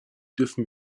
dürfen